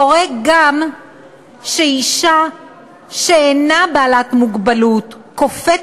קורה גם שאישה שאינה בעלת מוגבלות קופאת